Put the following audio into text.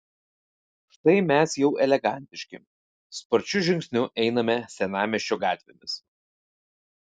štai mes jau elegantiški sparčiu žingsniu einame senamiesčio gatvėmis